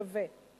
שווה.